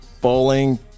Bowling